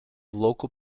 local